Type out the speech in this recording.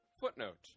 Footnote